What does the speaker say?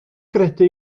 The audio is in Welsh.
gredu